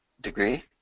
degree